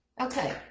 okay